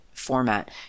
format